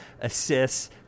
assists